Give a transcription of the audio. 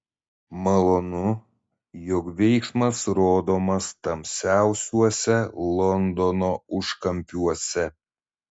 malonu jog veiksmas rodomas tamsiausiuose londono užkampiuose